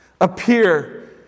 appear